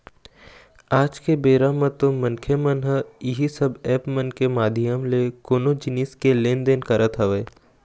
आज के बेरा म तो मनखे मन ह इही सब ऐप मन के माधियम ले कोनो जिनिस के लेन देन करत हवय